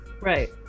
right